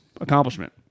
accomplishment